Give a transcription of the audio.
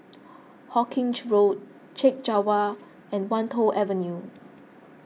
Hawkinge Road Chek Jawa and Wan Tho Avenue